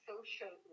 social